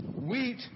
wheat